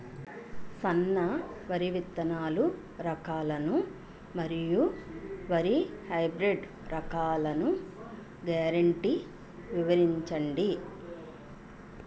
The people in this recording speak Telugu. సన్న వరి విత్తనాలు రకాలను మరియు వరి హైబ్రిడ్ రకాలను గ్యారంటీ వివరించండి?